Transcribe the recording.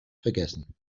vergessen